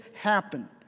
happen